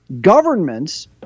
governments